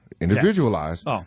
Individualized